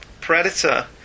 Predator